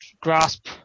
grasp